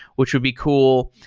which should be cool.